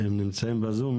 הם נמצאים בזום?